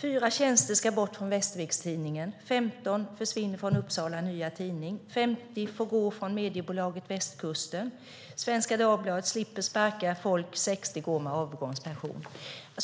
4 tjänster ska bort från Västerviks Tidningen, 15 försvinner från Upsala Nya Tidning, 50 får gå från Mediabolaget Västkusten, Svenska Dagbladet slipper sparka folk - 60 går med avgångspension.